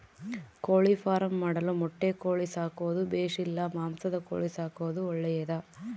ಕೋಳಿಫಾರ್ಮ್ ಮಾಡಲು ಮೊಟ್ಟೆ ಕೋಳಿ ಸಾಕೋದು ಬೇಷಾ ಇಲ್ಲ ಮಾಂಸದ ಕೋಳಿ ಸಾಕೋದು ಒಳ್ಳೆಯದೇ?